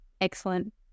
excellent